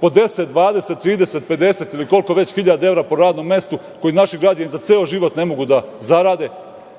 po 10, 20, 30, 50 ili koliko već hiljada evra po radnom mestu, a koje naši građani za ceo život ne mogu da zarade.